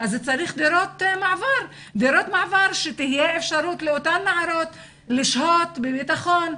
אז צריך דירות מעבר שתהיה אפשרות לאותן נערות לשהות בביטחון,